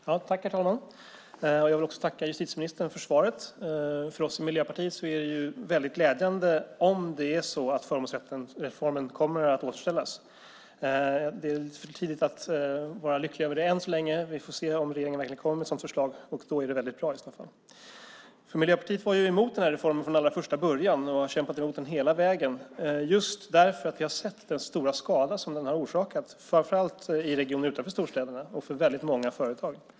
Herr talman! Jag vill också tacka justitieministern för svaret. För oss i Miljöpartiet är det väldigt glädjande om det är så att förmånsrättsreformen kommer att återställas. Det är för tidigt att vara lycklig över det än så länge. Vi får se om regeringen verkligen kommer med ett sådant förslag. Det är väldigt bra i sådana fall. Miljöpartiet var ju emot den här reformen från allra första början och har kämpat emot den hela vägen, just därför att vi har sett den stora skada som den har orsakat, framför allt i regioner utanför storstäderna och för väldigt många företag.